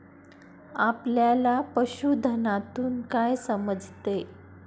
आपल्याला पशुधनातून काय समजते?